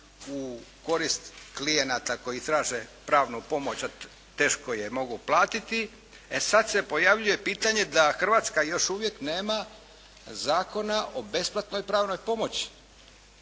u korist klijenata koji traže pravnu pomoć a teško je mogu platiti. E sada se pojavljuje pitanje da Hrvatska još uvijek nema zakona o besplatnoj pravnoj pomoći